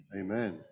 Amen